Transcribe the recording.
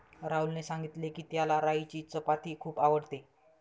राहुलने सांगितले की, त्याला राईची चपाती खूप आवडते